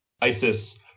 ISIS